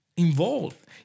involved